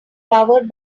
powered